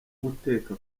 guteka